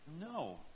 No